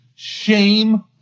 shame